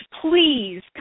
Please